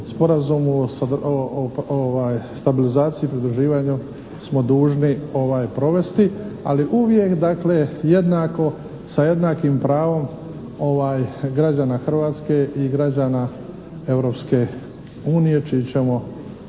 Sporazumu o stabilizaciji i pridruživanju smo dužni provesti, ali uvijek dakle jednako sa jednakim pravom građana Hrvatske i građana Europske